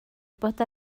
bod